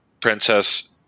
Princess